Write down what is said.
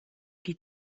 die